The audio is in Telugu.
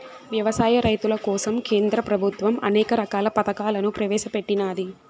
వ్యవసాయ రైతుల కోసం కేంద్ర ప్రభుత్వం అనేక రకాల పథకాలను ప్రవేశపెట్టినాది